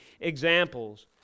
examples